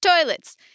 toilets